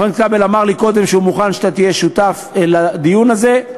חבר הכנסת כבל אמר לי קודם שהוא מוכן שאתה תהיה שותף לדיון הזה,